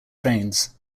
trains